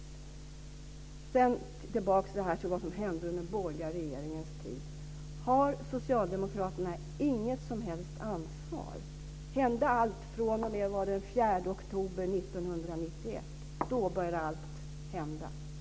Jag går tillbaks till frågan om vad som hände under den borgerliga regeringens tid. Har socialdemokraterna inget som helst ansvar? Hände allt fr.o.m. den 4 oktober 1991? Då började allt hända.